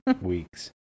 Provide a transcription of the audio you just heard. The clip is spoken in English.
weeks